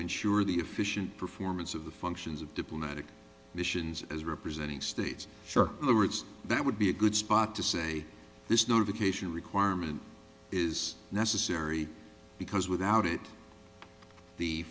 ensure the efficient performance of the functions of diplomatic missions as representing states for the words that would be a good spot to say this notification requirement is necessary because without it the